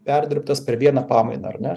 perdirbtas per vieną pamainą ar ne